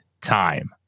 time